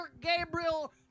Gabriel